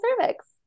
cervix